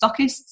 stockists